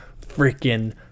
freaking